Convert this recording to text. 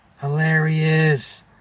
hilarious